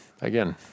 Again